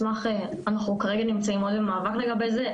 אנחנו כרגע עוד נמצאים במאבק לגבי זה,